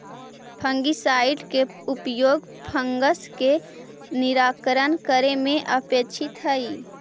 fungicide के उपयोग fungus के निराकरण करे में अपेक्षित हई